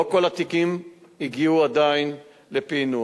עדיין לא כל התיקים הגיעו לפענוח.